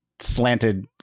slanted